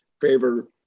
favor